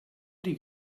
did